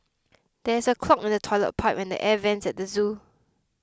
there is a clog in the Toilet Pipe and the Air Vents at the zoo